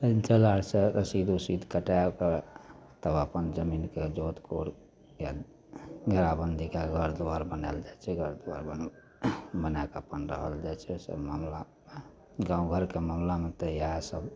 फेर S L R से रसीद उसीद कटैके तब अपन जमीनके जोत कोड़ घेराबन्दी कै घर दुआरि बनाएल जाइ छै घर दुआरि बनै बनैके अपन रहल जाइ छै तऽ मामिला गामघरके मामिलामे तऽ इएहसब